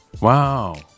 wow